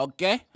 Okay